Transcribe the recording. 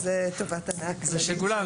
כן, זה טובת הנאה כללית של כל --- זה של כולנו.